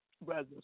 brothers